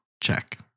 check